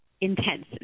intense